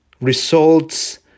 results